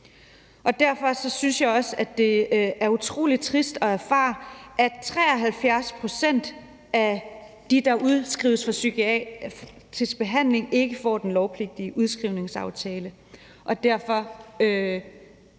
og derfor synes jeg også, at det er utrolig trist at erfare, at 73 pct. af de, der udskrives fra psykiatrisk behandling, ikke får den lovpligtige udskrivningsaftale